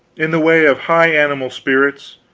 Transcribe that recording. in the way of high animal spirits,